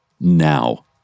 now